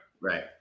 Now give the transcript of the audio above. Right